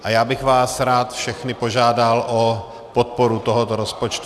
A já bych vás rád všechny požádal o podporu tohoto rozpočtu.